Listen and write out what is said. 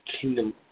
Kingdom